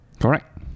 Correct